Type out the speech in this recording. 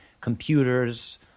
computers